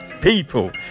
People